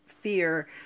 fear